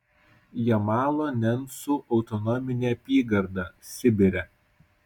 jamalo nencų autonominė apygarda sibire